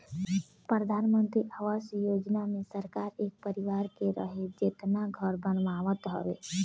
प्रधानमंत्री आवास योजना मे सरकार एक परिवार के रहे जेतना घर बनावत हवे